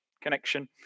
Connection